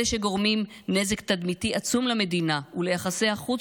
אלה שגורמים נזק תדמיתי עצום למדינה וליחסי החוץ